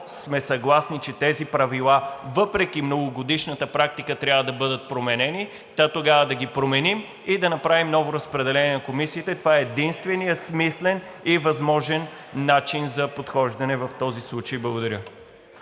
сме съгласни, че тези правила, въпреки многогодишната практика, трябва да бъдат променени, то тогава да ги променим и да направим ново разпределение на комисиите. Това е единственият смислен и възможен начин за подхождане в този случай. Благодаря.